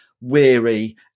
weary